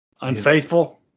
unfaithful